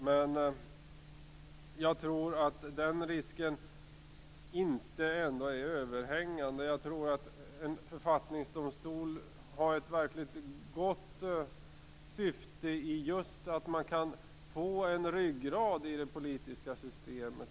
Men jag tror ändå inte att den risken är överhängande. Jag tror att en författningsdomstol har ett verkligt gott syfte just i att den skulle ge en ryggrad i det politiska systemet.